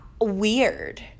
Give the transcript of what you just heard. weird